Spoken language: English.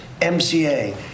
MCA